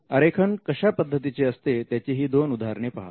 आरेखन कशा पद्धतीचे असते त्याची ही दोन उदाहरणे पहा